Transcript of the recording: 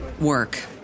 work